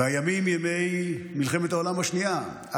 והימים הם ימי מלחמת העולם השנייה,